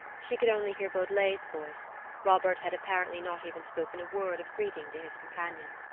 she could only hear beaudelet's voice robert had apparently not even spoken a word of greeting to his companion.